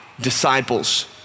disciples